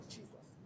Jesus